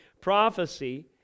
prophecy